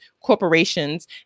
corporations